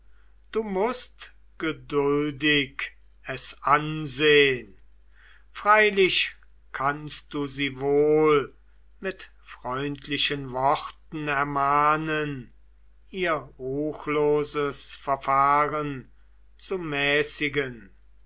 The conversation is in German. du mußt geduldig es ansehn freilich kannst du sie wohl mit freundlichen worten ermahnen ihr ruchloses verfahren zu mäßigen